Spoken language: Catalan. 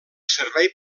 servei